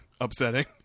upsetting